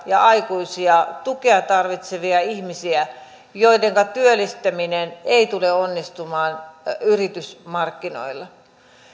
ja aikuisia tukea tarvitsevia ihmisiä joidenka työllistäminen ei tule onnistumaan yritysmarkkinoilla